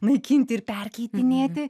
naikinti ir perkeitinėti